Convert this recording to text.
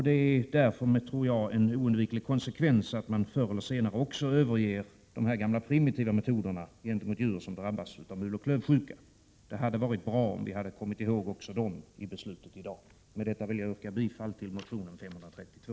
Det är därför en oundviklig konsekvens att de gamla, primitiva metoderna gentemot djur som drabbas av muloch klövsjuka förr eller senare också kommer att överges. Det hade varit bra om vi hade kommit ihåg också dem i beslutet i dag. Med detta vill jag yrka bifall till motionen Jo532.